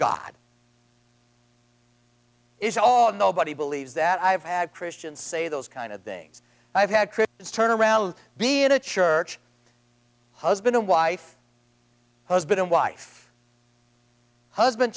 god is all nobody believes that i have had christians say those kind of things i've had christians turn around be in a church husband and wife husband wife husband